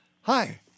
Hi